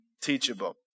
teachable